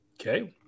Okay